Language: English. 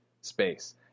space